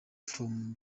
from